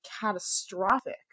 catastrophic